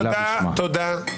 תודה.